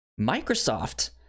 Microsoft